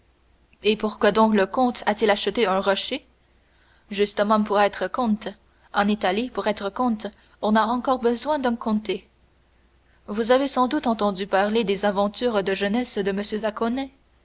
et pourquoi donc le comte a-t-il acheté un rocher justement pour être comte en italie pour être comte on a encore besoin d'un comté vous avez sans doute entendu parler des aventures de jeunesse de